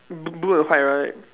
b~ blue and white right